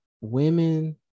women